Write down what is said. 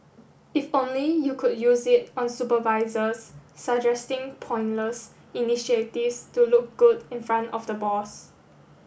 if only you could use it on supervisors suggesting pointless initiatives to look good in front of the boss